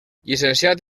llicenciat